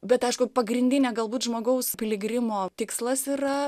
bet aišku pagrindinė galbūt žmogaus piligrimo tikslas yra